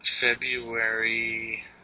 February